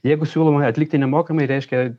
jeigu siūloma atlikti nemokamai reiškia